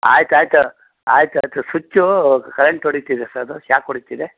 ಆಯ್ತು ಆಯಿತು ಆಯ್ತು ಆಯಿತು ಸುಚ್ಚೂ ಕರೆಂಟ್ ಹೊಡಿತಿದೆ ಸರ್ ಅದು ಶಾಕ್ ಹೊಡಿತಿದೆ